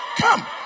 Come